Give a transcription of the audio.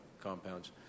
compounds